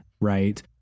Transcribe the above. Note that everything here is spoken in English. right